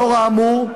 לאור האמור,